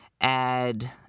add